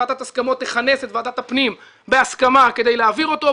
ועדת הסכמות תכנס את ועדת הפנים בהסכמה כדי להעביר אותו,